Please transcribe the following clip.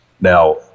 now